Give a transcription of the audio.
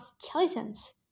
skeletons